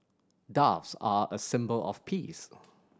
doves are a symbol of peace